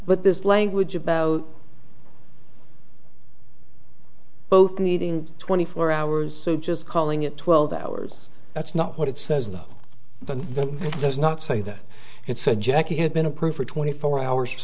but this language about both needing twenty four hours just calling it twelve hours that's not what it says though that does not say that it said jackie had been approved for twenty four hours